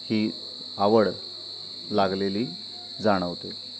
ही आवड लागलेली जाणवते